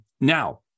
Now